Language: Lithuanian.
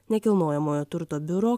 nekilnojamojo turto biuro